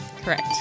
Correct